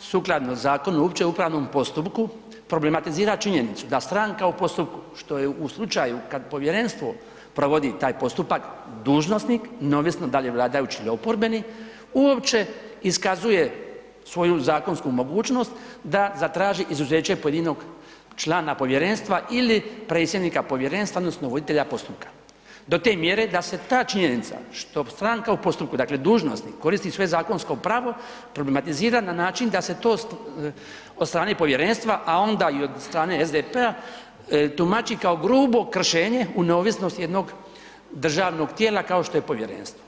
sukladno Zakonu o općem upravnom postupku, problematizira činjenicu da stranka u postupku, što je u slučaju kad Povjerenstvo provodi taj postupak, dužnosnik, neovisno da li je vladajući ili oporbeni, uopće iskazuje svoju zakonsku mogućnost da zatraži izuzeće pojedinog člana Povjerenstva ili predsjednika Povjerenstva odnosno voditelja postupka do te mjere da se ta činjenica, što stranka u postupku, dakle dužnosnik koristi svoje zakonsko pravo, problematizira na način da se to od strane Povjerenstva, a onda i od strane SDP-a tumači kao grubo kršenje u neovisnosti jednog državnog tijela, kao što je Povjerenstvo.